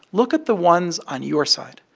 look at the ones on your side,